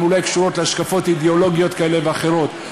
הן אולי קשורות להשקפות אידיאולוגיות כאלה ואחרות.